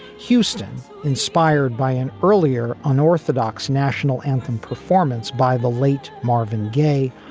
houston, inspired by an earlier unorthodox national anthem performance by the late marvin gaye,